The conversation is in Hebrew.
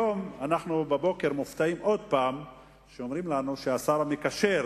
הבוקר אנחנו מופתעים עוד פעם כשאומרים לנו שהשר המקשר,